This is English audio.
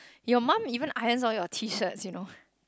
your mum even irons all your tee shirts you know